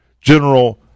General